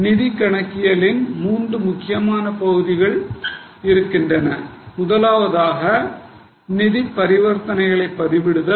நிதி கணக்கியலில் மூன்று முக்கியமான பகுதிகள் உள்ளன முதலாவதாக நிதி பரிவர்த்தனைகளை பதிவிடுதல்